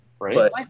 right